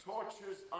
Tortures